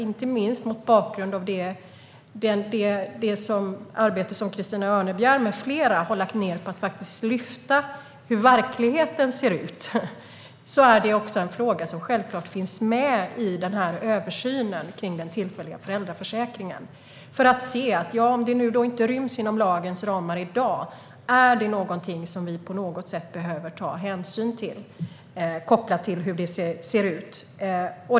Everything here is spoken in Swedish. Inte minst mot bakgrund av det arbete som Christina Örnebjär med flera har lagt ned på att lyfta fram hur verkligheten ser ut är det en fråga som självklart finns med i översynen av den tillfälliga föräldraförsäkringen. Om det nu inte ryms inom lagens ramar i dag är det någonting som vi behöver ta hänsyn till kopplat till hur det ser ut.